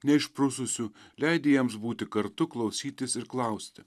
neišprususių leidi jiems būti kartu klausytis ir klausti